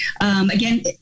Again